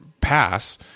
pass